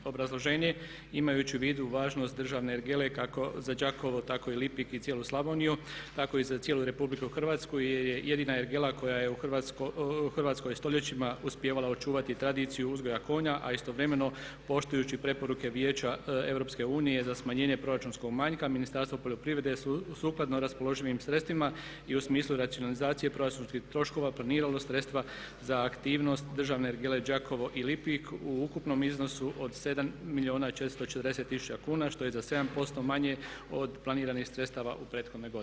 Obrazloženje, imajući u vidu važnost državne ergele kako za Đakovo tako i Lipik i cijelu Slavoniju tako i za cijelu RH jer je jedina ergela koja je u Hrvatskoj stoljećima uspijevala očuvati tradiciju uzgoja konja, a istovremeno poštujući preporuke Vijeća EU za smanjenje proračunskog manjka Ministarstvo poljoprivrede sukladno raspoloživim sredstvima i u smislu racionalizacije proračunskih troškova planiralo sredstva za aktivnost državne ergele Đakovo i Lipik u ukupnom iznosu od 7 milijuna i 440 tisuća kuna, što je za 7% manje od planiranih sredstava u prethodnoj godini.